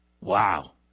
Wow